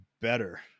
better